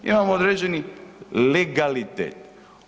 Imamo određeni legalitet.